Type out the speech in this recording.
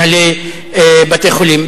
מנהלי בתי-חולים.